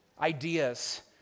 ideas